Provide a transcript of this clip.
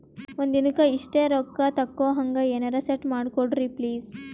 ಒಂದಿನಕ್ಕ ಇಷ್ಟೇ ರೊಕ್ಕ ತಕ್ಕೊಹಂಗ ಎನೆರೆ ಸೆಟ್ ಮಾಡಕೋಡ್ರಿ ಪ್ಲೀಜ್?